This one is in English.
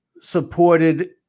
supported